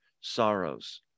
sorrows